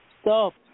Stop